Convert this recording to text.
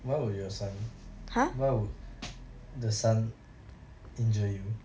why will your sun why would the sun injure you